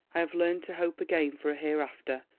i have learned to hope again for a hereafter.